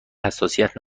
حساسیت